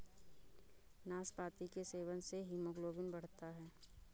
नाशपाती के सेवन से हीमोग्लोबिन बढ़ता है